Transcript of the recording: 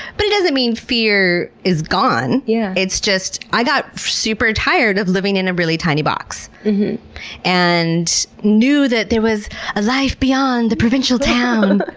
but it doesn't mean fear is gone. yeah it's just that i got super tired of living in a really tiny box and knew that there was a life beyond the provincial town!